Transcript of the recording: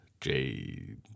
Jade